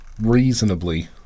reasonably